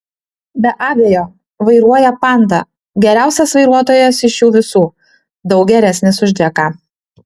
be abejo vairuoja panda geriausias vairuotojas iš jų visų daug geresnis už džeką